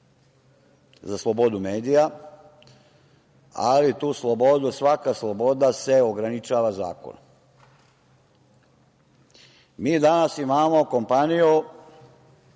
za slobodu medija, ali tu slobodu, svaka sloboda se ograničava zakonom. Mi danas imamo kompaniju